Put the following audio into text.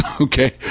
Okay